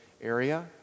area